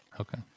Okay